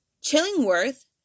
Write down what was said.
Chillingworth